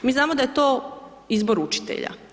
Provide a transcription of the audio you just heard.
Mi znamo da je to izbor učitelja.